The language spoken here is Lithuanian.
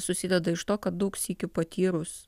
susideda iš to kad daug sykių patyrus